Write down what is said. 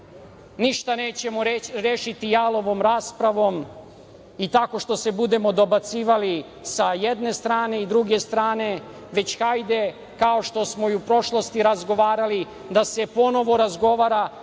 ništa nećemo rešiti jalovom raspravom i tako što se budemo dobacivali sa jedne strane i druge strane, već hajde, kao što smo i u prošlosti razgovarali, da se ponovo razgovara,